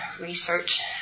research